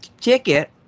ticket